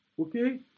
Okay